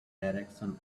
direction